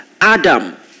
Adam